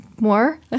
more